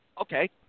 Okay